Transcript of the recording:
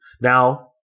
Now